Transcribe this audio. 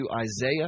Isaiah